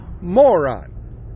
moron